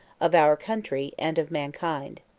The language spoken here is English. of our country, and of mankind.